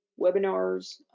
webinars